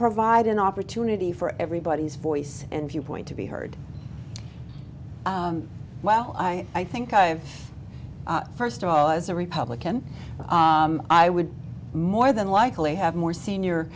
provide an opportunity for everybody's voice and viewpoint to be heard well i i think i first of all as a republican i would more than likely have more senior